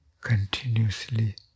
continuously